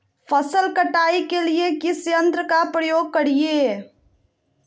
फसल कटाई के लिए किस यंत्र का प्रयोग करिये?